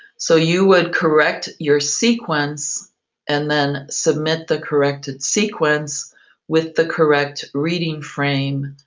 so you would correct your sequence and then submit the corrected sequence with the correct reading frame,